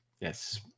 yes